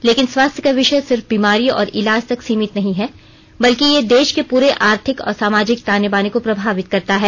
लेकिन स्वास्थ्य का विषय सिर्फ बीमारी और इलाज तक सीमित नहीं है बल्कि ये देश के पूरे आर्थिक और सामाजिक ताने बाने को प्रभावित करता है